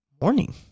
morning